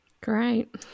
great